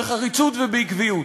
בחריצות ובעקביות.